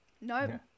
No